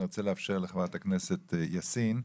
אני רוצה לאפשר לחברת הכנסת יאסין,